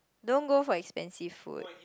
don't go for expensive food